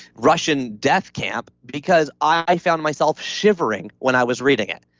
russian death camp because i found myself shivering when i was reading it.